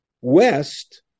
west